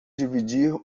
dividir